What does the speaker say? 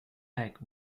back